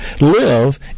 live